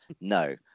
No